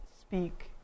speak